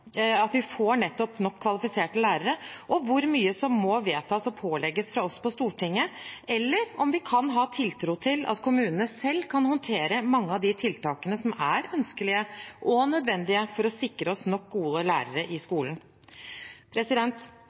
at vi får nok kvalifiserte lærere, hvor mye som må vedtas og pålegges fra oss på Stortinget, og om vi kan ha tiltro til at kommunene selv kan håndtere mange av de tiltakene som er ønskelige og nødvendige for å sikre oss nok gode lærere i skolen.